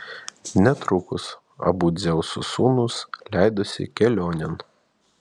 netrukus abu dzeuso sūnūs leidosi kelionėn